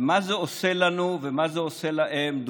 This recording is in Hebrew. על מה זה עושה לנו ומה זה עושה להם,